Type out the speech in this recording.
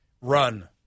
Run